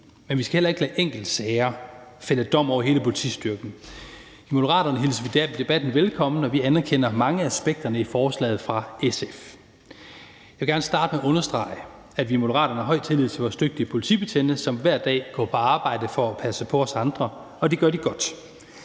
men vi skal heller ikke lade enkeltsager fælde dom over hele politistyrken. I Moderaterne hilser vi debatten velkommen, og vi anerkender mange af aspekterne i forslaget fra SF. Jeg vil gerne starte med at understrege, at vi i Moderaterne har høj tillid til vores dygtige politibetjente, som hver dag går på arbejde for at passe på os andre. Det gør de godt,